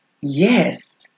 Yes